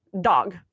dog